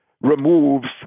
removes